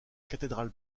cathédrale